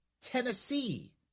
Tennessee